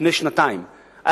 לפני שנתיים,